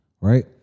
right